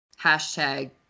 hashtag